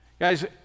guys